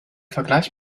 vergleich